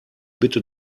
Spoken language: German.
bitte